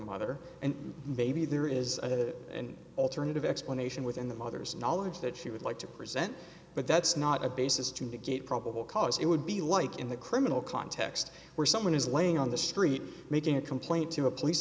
mother and maybe there is an alternative explanation within the mother's knowledge that she would like to present but that's not a basis to negate probable cause it would be like in the criminal context where someone is laying on the street making a complaint to a police